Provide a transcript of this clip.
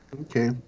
Okay